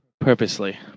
purposely